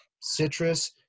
Citrus